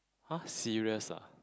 !huh! serious ah